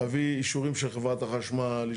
להביא אישורים של חברת החשמל,